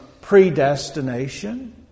predestination